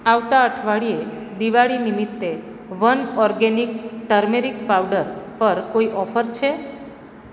આવતા અઠવાડીયે દિવાળી નિમિત્તે વન ઓર્ગેનિક ટર્મેરિક પાવડર પર કોઈ ઓફર છે